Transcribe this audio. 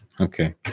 Okay